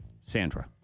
Sandra